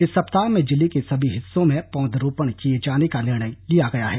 इस सप्ताह में जिले के सभी हिस्सों में पौधरोपण किए जाने का निर्णय लिया गया है